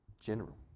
general